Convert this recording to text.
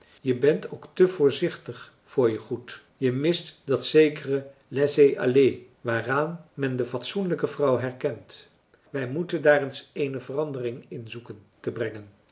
je bent ook te voorzichtig voor je goed je mist dat zekere laisser aller waaraan men de fatsoenlijke vrouw herkent wij moeten daar eens eene verandering in zoeken te brengen